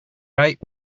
right